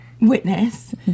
witness